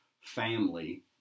family